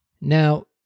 Now